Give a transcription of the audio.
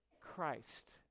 Christ